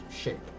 shape